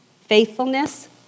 faithfulness